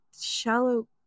shallow